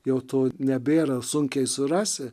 jau to nebėra sunkiai surasi